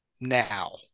now